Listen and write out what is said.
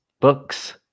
Books